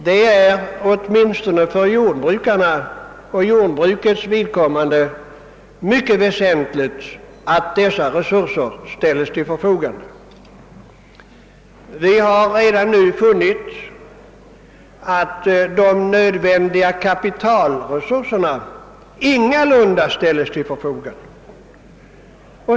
Det är, åtminstone för jordbrukarnas och jordbrukets vidkommande, mycket väsentligt att dessa resurser ställs till förfogande. Vi har redan nu funnit att de nödvändiga kapitalresurserna ingalunda finns.